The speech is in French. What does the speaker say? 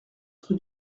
rue